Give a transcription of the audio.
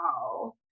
wow